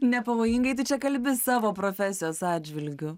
nepavojingai tu čia kalbi savo profesijos atžvilgiu